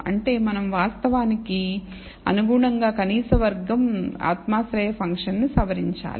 అంటే మనం వాస్తవానికి అనుగుణంగా కనీస వర్గం ఆత్మాశ్రయ ఫంక్షన్ను సవరించాలి